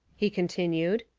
he continued,